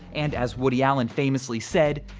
and as woody allen famously said,